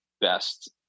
best